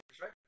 right